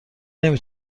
نمی